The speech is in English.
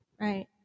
right